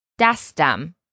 dastam